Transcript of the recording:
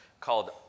called